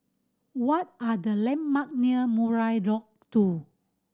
what are the landmark near Murai Lodge Two